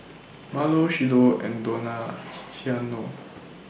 Marlo Shiloh and Dona Ciano